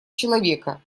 человека